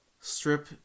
strip